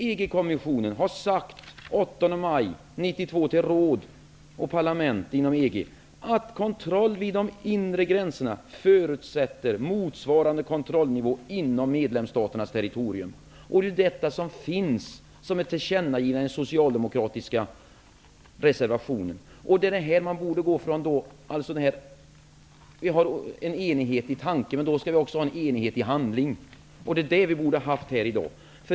EG-kommissionen sade den 8 maj 1992 till råd och parlament inom EG att kontroll vid de inre gränserna förutsätter motsvarande kontrollnivå inom medlemsstaternas territorium. Det är detta som finns som ett tillkännagivande i den socialdemokratiska reservationen. Enighet i tanken borde leda till enighet i handling, vilket vi borde ha haft i dag.